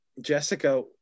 Jessica